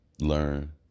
learn